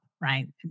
right